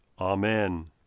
Amen